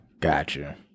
Gotcha